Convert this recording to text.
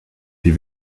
die